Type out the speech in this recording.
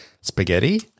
spaghetti